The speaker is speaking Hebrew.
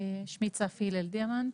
שמי צפי הלל דיאמנט,